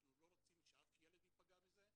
אנחנו לא רוצים שאף ילד ייפגע מזה.